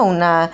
Una